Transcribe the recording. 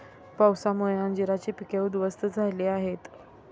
पावसामुळे अंजीराची पिके उध्वस्त झाली आहेत